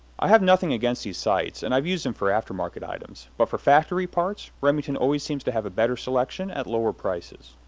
i have nothing against these sites, and i've used them for aftermarket items, but for factory parts, remington always seems to have a better selection at lower prices.